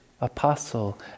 apostle